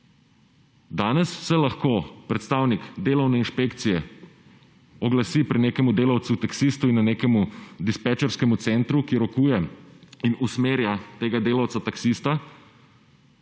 Danes se lahko predstavnik delovne inšpekcije oglasi pri nekemu delavcu taksistu in na nekemu dispečerskemu centru, ki rokuje in usmerja tega delavca taksista,